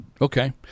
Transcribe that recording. Okay